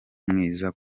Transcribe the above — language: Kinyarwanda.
mwiza